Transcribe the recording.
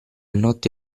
notte